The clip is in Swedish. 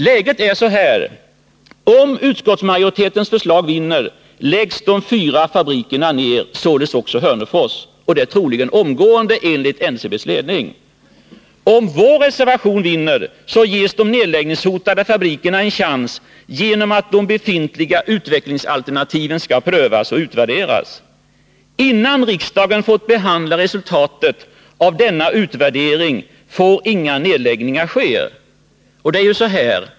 Läget är detta: Om utskottsmajoritetens förslag vinner, läggs de fyra fabrikerna ned — således också Hörnefors — och det troligen omgående, enligt NCB:s ledning. Om vår reservation vinner, så ges de nedläggningshotade fabrikerna en chans genom att de befintliga utvecklingsalternativen skall prövas och utvärderas. Innan riksdagen fått behandla resultatet av denna utvärdering får inga nedläggningar ske.